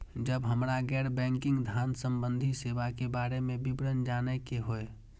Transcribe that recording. जब हमरा गैर बैंकिंग धान संबंधी सेवा के बारे में विवरण जानय के होय?